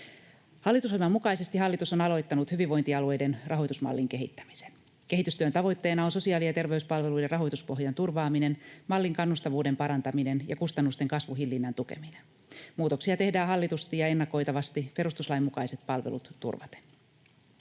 Hallitusohjelman mukaisesti hallitus on aloittanut hyvinvointialueiden rahoitusmallin kehittämisen. Kehitystyön tavoitteena on sosiaali- ja terveyspalveluiden rahoituspohjan turvaaminen, mallin kannustavuuden parantaminen ja kustannusten kasvun hillinnän tukeminen. Muutoksia tehdään hallitusti ja ennakoitavasti perustuslain mukaiset palvelut turvaten.